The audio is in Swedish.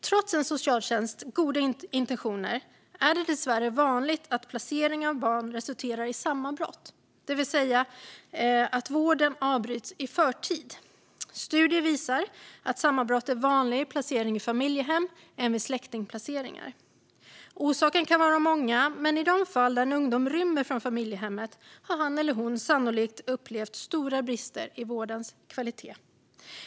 Trots en socialtjänsts goda intentioner är det dessvärre vanligt att placeringar av barn resulterar i sammanbrott, det vill säga att vården avbryts i förtid. Studier visar att sammanbrott är vanligare vid placering i familjehem än vid släktingplaceringar. Orsakerna kan vara många, men i de fall där en ungdom rymmer från familjehemmet har han eller hon sannolikt upplevt stora brister i vårdens kvalitet.